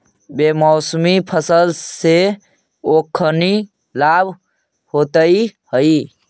बेमौसमी फसल से ओखनी लाभ होइत हइ